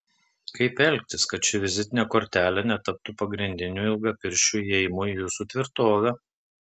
kaip elgtis kad ši vizitinė kortelė netaptų pagrindiniu ilgapirščių įėjimu į jūsų tvirtovę